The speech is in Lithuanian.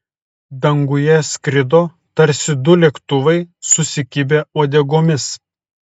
danguje skrido tarsi du lėktuvai susikibę uodegomis